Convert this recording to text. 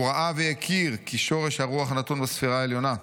הוא ראה והכיר, כי שורש הרוח נתון בספירה עליונה: